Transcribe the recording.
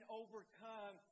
overcome